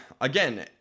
again